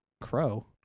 Crow